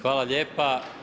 Hvala lijepa.